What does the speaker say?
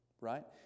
right